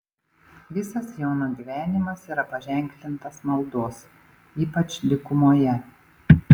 visas jono gyvenimas yra paženklintas maldos ypač dykumoje